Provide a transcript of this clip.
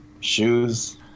Shoes